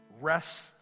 rest